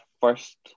first